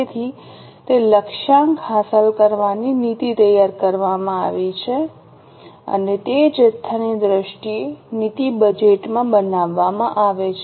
તેથી તે લક્ષ્યાંક હાંસલ કરવાની નીતિ તૈયાર કરવામાં આવી છે અને તે જથ્થાની દ્રષ્ટિએ નીતિ બજેટમાં બનાવવામાં આવે છે